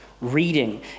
reading